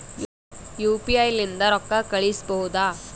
UPI ಲಿಂದ ರೊಕ್ಕ ಕಳಿಸಬಹುದಾ?